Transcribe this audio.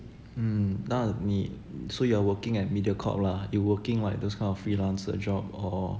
hmm 那你 so you're working at MediaCorp lah you're working like those kind of freelancer job or